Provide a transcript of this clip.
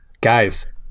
Guys